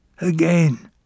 Again